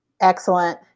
Excellent